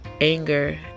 anger